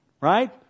Right